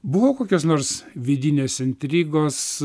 buvo kokios nors vidinės intrigos